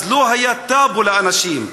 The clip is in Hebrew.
אז לא היה טאבו לאנשים,